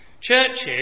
Churches